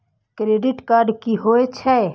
Credit card की होय छै?